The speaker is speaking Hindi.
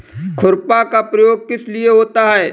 खुरपा का प्रयोग किस लिए होता है?